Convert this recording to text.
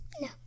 No